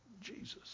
Jesus